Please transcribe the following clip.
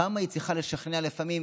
כמה היא צריכה לשכנע לפעמים